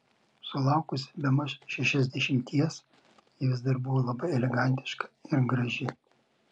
sulaukusi bemaž šešiasdešimties ji vis dar buvo labai elegantiška ir graži